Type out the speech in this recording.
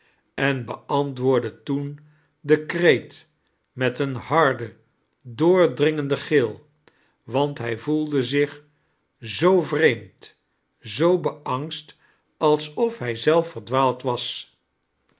en beantwoordde toen den kreet met een harden doordringenden gil want hij voelde zich zoo vreemd zoo beangst alsof hij zelf verdwaald was